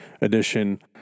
edition